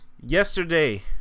Yesterday